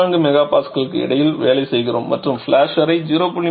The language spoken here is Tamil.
14 MPa க்கு இடையில் வேலை செய்கிறோம் மற்றும் ஃபிளாஷ் அறை 0